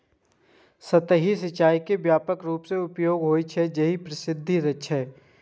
सतही सिंचाइ के व्यापक रूपें उपयोग होइ छै, तें ई प्रसिद्ध छै